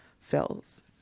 fills